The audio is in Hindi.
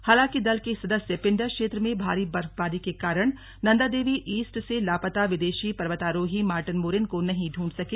हालांकि दल के सदस्य पिंडर क्षेत्र में भारी बर्फबारी के कारण नंदादेवी ईष्ट से लापता विदेशी पर्वतारोही मार्टन मोरेन को नहीं ढूंढ़ सके